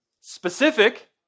Specific